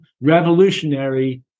revolutionary